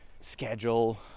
schedule